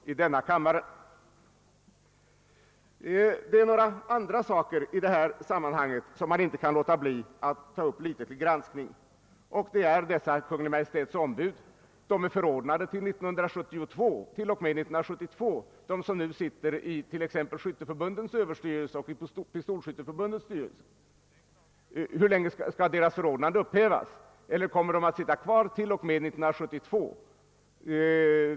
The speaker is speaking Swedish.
Vidare är det några andra frågor som jag inte kan underlåta att här något beröra, t.ex. detta att Kungl. Maj:ts ombud i Skytteförbundens överstyrelse och Svenska pistolskytteförbundets styrelse är förordnade t.o.m. 1972. Skall deras förordnanden nu upphävas, eller kommer de att sitta kvar t.o.m. 1972?